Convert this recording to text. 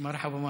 מרחבא מרחבתיין.